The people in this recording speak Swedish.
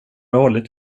hållit